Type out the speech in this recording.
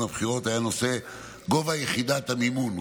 הבחירות היה נושא גובה יחידת המימון,